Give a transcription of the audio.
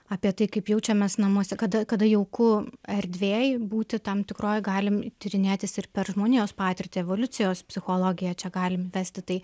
apie tai kaip jaučiamės namuose kada kada jauku erdvėj būti tam tikroj galim tyrinėti ir per žmonijos patirtį evoliucijos psichologiją čia galim vesti tai